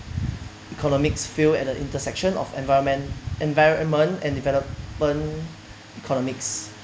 economics field at the intersection of environmen~ environment and development economics